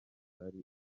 abagabo